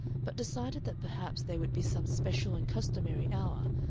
but decided that perhaps there would be some special and customary hour,